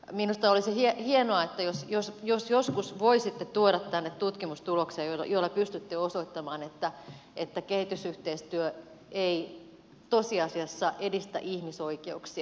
minusta olisi hienoa jos joskus voisitte tuoda tänne tutkimustuloksen jolla pystytte osoittamaan että kehitysyhteistyö ei tosiasiassa edistä ihmisoikeuksia